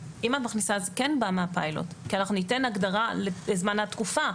אז זה כן בא מהפיילוט כי אנחנו ניתן הגדרה לזמן התקופה.